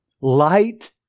light